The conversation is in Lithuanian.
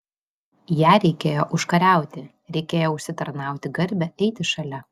ją reikėjo užkariauti reikėjo užsitarnauti garbę eiti šalia